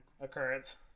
occurrence